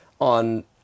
on